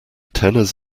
tenors